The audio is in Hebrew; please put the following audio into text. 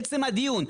עצם הדיון.